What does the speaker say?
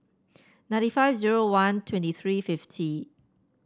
ninety five zero one twenty three fifty